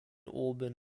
auburn